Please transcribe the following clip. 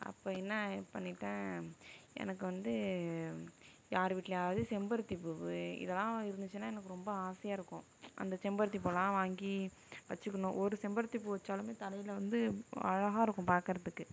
அப்போ என்ன பண்ணிட்டேன் எனக்கு வந்து யார் வீட்லையாவது செம்பருத்திப் பூ இதெலாம் இருந்துச்சுன்னா எனக்கு ரொம்ப ஆசையாக இருக்கும் அந்த செம்பருத்திப் பூவெலாம் வாங்கி வைச்சிக்குணும் ஒரு செம்பருத்திப் பூ வைச்சாலுமே தலையில் வந்து அழகாக இருக்கும் பார்க்கறத்துக்கு